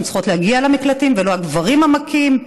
צריכות להגיע למקלטים ולא הגברים המכים?